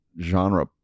genre